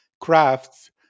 crafts